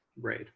Right